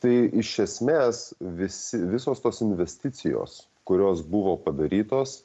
tai iš esmės visi visos tos investicijos kurios buvo padarytos